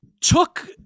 took